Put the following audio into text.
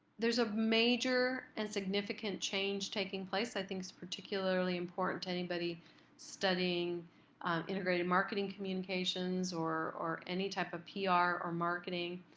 there's a major and significant change taking place, i think it's particularly important to anybody studying integrated marketing communications or or any type of pr ah or marketing,